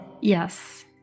Yes